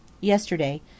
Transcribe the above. Yesterday